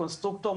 קונסטרוקטור,